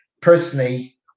personally